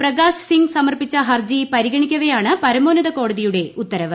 പ്രകാശ് സിങ് സമർപ്പിച്ച ഹർജി പരിഗണിക്കവെയാണ് പരമോന്നത കോടതിയുടെ ഉത്തരവ്